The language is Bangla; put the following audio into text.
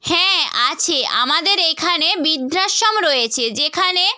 হ্যাঁ আছে আমাদের এখানে বৃদ্ধাশ্রম রয়েছে যেখানে